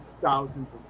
thousands